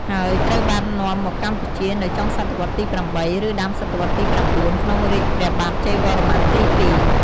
ហើយត្រូវបាននាំមកកម្ពុជានៅចុងសតវត្សទី៨ ឬដើមសតវត្សទី៩ ក្នុងរាជព្រះបាទជ័យវរ្ម័នទី២។